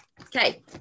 Okay